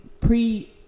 pre